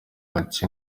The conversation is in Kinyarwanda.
bake